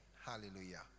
Hallelujah